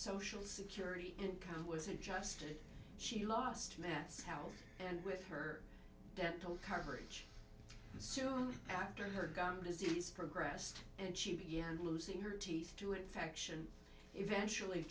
social security income was adjusted she lost math health and with her dental coverage soon after her gum disease progressed and she began losing her teeth to infection eventually